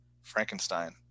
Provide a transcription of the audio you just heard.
frankenstein